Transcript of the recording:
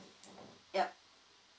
yup